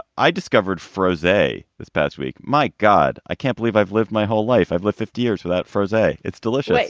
i discovered fros day this past week. mike. god, i can't believe i've lived my whole life. i've lived fifty years for that first day. it's delicious.